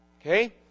Okay